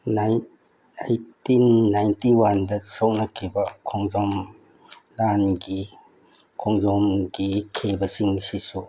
eighteen ninety ꯋꯥꯟꯗ ꯁꯣꯛꯅꯈꯤꯕ ꯈꯣꯡꯖꯣꯝ ꯂꯥꯟꯒꯤ ꯈꯣꯡꯖꯣꯝꯒꯤ ꯈꯦꯕ ꯆꯤꯡꯁꯤꯁꯨ